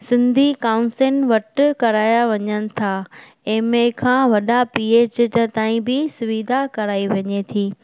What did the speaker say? सिंधी काउनसिन वटि कराया वञनि था एम ए खां वॾा पी एच त ताईं बि सुविधा कराए वञे थी